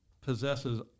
possesses